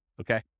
Okay